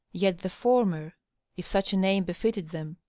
yet the former if such a name befitted them,